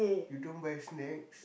you don't buy snacks